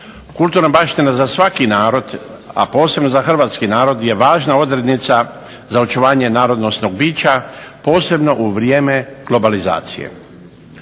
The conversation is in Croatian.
Kulturna baština za svaki narod, a posebno za hrvatski narod je važna odrednica za očuvanje narodnosnog bića, posebno u vrijeme globalizacije.